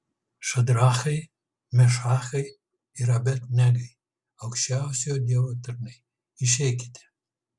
šadrachai mešachai ir abed negai aukščiausiojo dievo tarnai išeikite